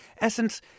Essence